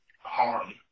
harm